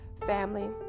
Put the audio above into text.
Family